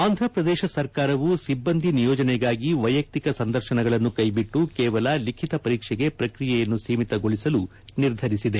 ಆಂಧ್ರ ಪ್ರದೇಶ ಸರ್ಕಾರವು ಸಿಬ್ಬಂದಿ ನಿಯೋಜನೆಗಾಗಿ ವೈಯಕ್ತಿಕ ಸಂದರ್ಶನಗಳನ್ನು ಕೈಬಿಟ್ಟು ಕೇವಲ ಲಿಖಿತ ಪರೀಕ್ಷೆಗೆ ಪ್ರಕ್ರಿಯೆಯನ್ನು ಸೀಮಿತಗೊಳಿಸಲು ನಿರ್ಧರಿಸಿದೆ